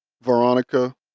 Veronica